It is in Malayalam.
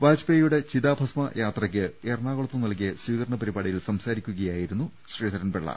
വാജ്പേയിയുടെ ചിതാഭസ്മ യാത്രയ്ക്ക് എറണാകുളത്ത് നൽകിയ സ്വീകരണ പരിപാടിയിൽ സംസാരിക്കുകയായിരുന്നു ശ്രീധരൻപിളള